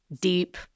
deep